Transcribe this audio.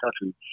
country